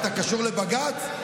אתה קשור לבג"ץ?